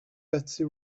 betsy